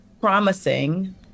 promising